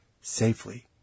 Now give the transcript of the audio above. Safely